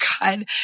God